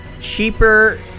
cheaper